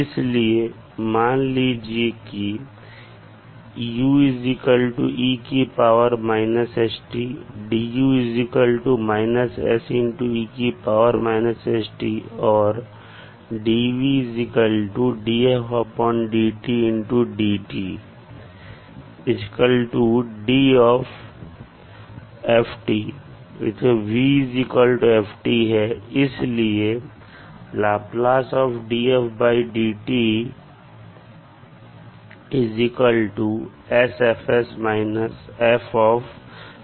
इसलिए मान लीजिए कि u e−stdu −se−st और dv dfdt dt df v f है